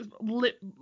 lip